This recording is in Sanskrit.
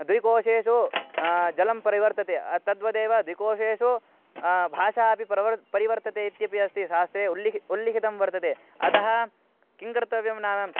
द्विकोशेषु जलं परिवर्तते तद्वदेव द्विकोषेषु भाषा अपि प्रवर् परिवर्तते इत्यपि अस्ति शास्त्रे उल्लेखः उल्लिखितं वर्तते अतः किं कर्तव्यं नाम